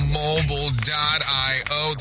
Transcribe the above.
mobile.io